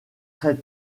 très